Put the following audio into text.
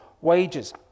wages